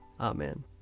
Amen